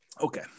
okay